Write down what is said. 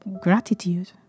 gratitude